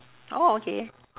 oh okay